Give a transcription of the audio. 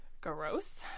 Gross